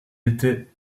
était